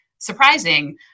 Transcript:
surprising